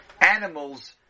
Animals